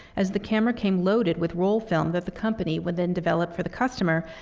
as the camera came loaded with roll film that the company would then develop for the customer,